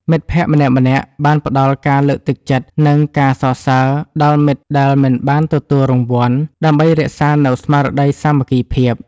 មិត្តភក្តិម្នាក់ៗបានផ្ដល់ការលើកទឹកចិត្ត និងការសរសើរដល់មិត្តដែលមិនបានទទួលរង្វាន់ ដើម្បីរក្សានូវស្មារតីសាមគ្គីភាព។